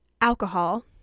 alcohol